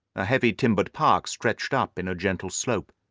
a heavily timbered park stretched up in a gentle slope,